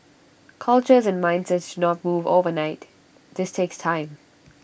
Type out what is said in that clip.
cultures and mindsets do not move overnight this takes time